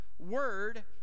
Word